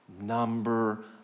number